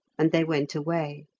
and they went away.